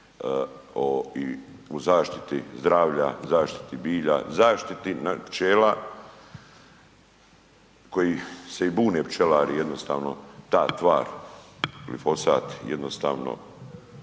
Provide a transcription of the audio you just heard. u zaštiti zdravlja, zaštiti bilja, zaštiti pčela koji se i bune pčelari jednostavno ta tvar, glifosat jedostavno